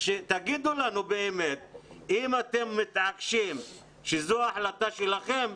אם אתם מתעקשים שזו ההחלטה שלכם,